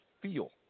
feel